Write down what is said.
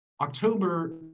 October